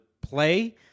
play